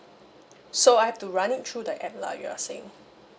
so I've to run it through the app lah you're saying